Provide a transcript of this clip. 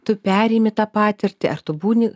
tu perimi tą patirtį ar tu būni